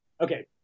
Okay